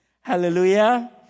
Hallelujah